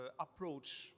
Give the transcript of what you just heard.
approach